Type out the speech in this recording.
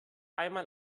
einmal